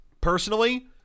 Personally